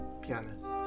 pianist